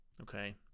Okay